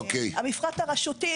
מפרטים רשותיים